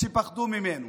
שפחדו ממנו.